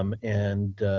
um and